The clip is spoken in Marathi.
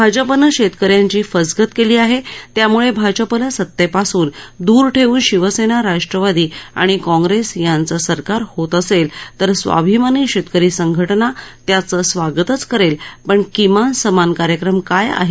भाजपनं शेतकऱ्यांची फसगत केली आहे त्यामुळे भाजपला सतेपासून दूर ठेवून शिवसेना राष्ट्रवादी आणि काँग्रेस यांच सरकार होत असेल तर स्वाभिमानी शेतकरी संघटना त्याचं स्वागतच करेल पण किमान समान कार्यक्रम काय आहे